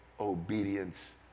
obedience